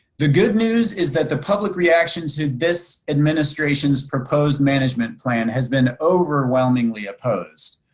the good news is that the public reaction to this administration's proposed management plan has been overwhelmingly opposed.